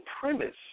premise